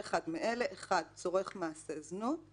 (1)צורך מעשה זנות;